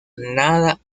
nada